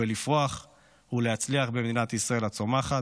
לפרוח ולהצליח במדינת ישראל הצומחת,